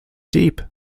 deep